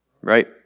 right